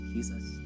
Jesus